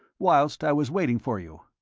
whilst i was waiting for you.